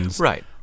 Right